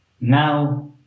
now